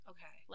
Okay